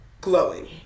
glowing